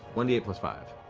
one d eight plus five.